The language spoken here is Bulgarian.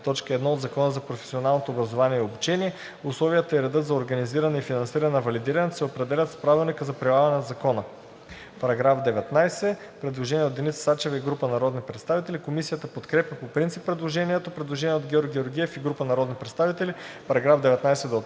По § 19 има предложение от Деница Сачева и група народни представители. Комисията подкрепя по принцип предложението. Предложение от Георги Георгиев и група народни представители –§ 19